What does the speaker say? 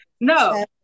no